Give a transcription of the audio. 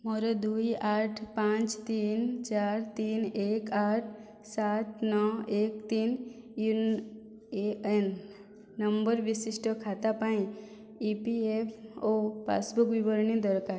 ମୋର ଦୁଇ ଆଠ ପାଞ୍ଚ ତିନି ଚାରି ତିନି ଏକ ଆଠ ସାତ ନଅ ଏକ ତିନି ୟୁ ଏ ଏନ୍ ନମ୍ବର ବିଶିଷ୍ଟ ଖାତା ପାଇଁ E P F O passbook ବିବରଣୀ ଦରକାର